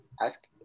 ask